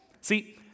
See